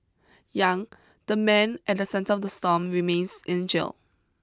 Yang the man at the centre of the storm remains in jail